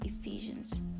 ephesians